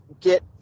get